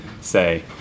say